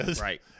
right